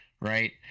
Right